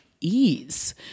ease